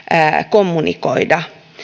kommunikoida